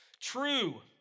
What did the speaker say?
true